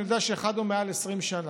אני יודע שאחד הוא מעל 20 שנה.